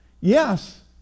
Yes